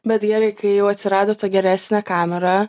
bet gerai kai jau atsirado ta geresne kamera